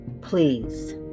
Please